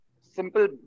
Simple